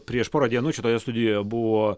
prieš porą dienų šitoje studijoje buvo